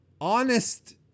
honest